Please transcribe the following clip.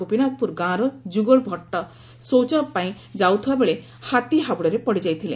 ଗୋପୀନାଥପୁର ଗାଁର ଯୁଗଳ ଭଟ ଶୌଚ ପାଇଁ ଯାଉଥିବା ବେଳେ ହାବୁଡ଼ରେ ପଡ଼ିଯାଇଥିଲେ